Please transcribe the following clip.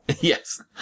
Yes